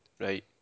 Right